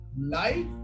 life